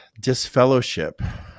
disfellowship